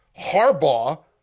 Harbaugh